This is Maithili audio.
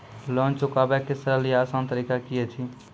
लोन चुकाबै के सरल या आसान तरीका की अछि?